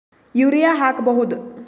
Urea ಹಾಕ್ ಬಹುದ?